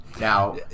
Now